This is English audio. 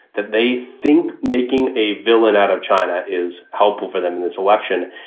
that they think making a villain out of china is helpful for them in this election.